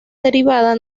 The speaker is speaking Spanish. derivada